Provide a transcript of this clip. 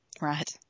right